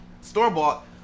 store-bought